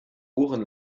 ohren